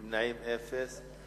נמנעים, אפס.